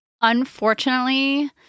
Unfortunately